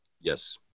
Yes